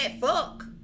fuck